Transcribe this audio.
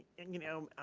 and you know,